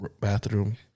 bathroom